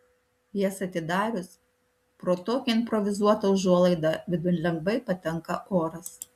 jas atidarius pro tokią improvizuotą užuolaidą vidun lengvai patenka oras